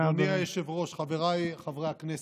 אדוני היושב-ראש, חבריי חברי הכנסת,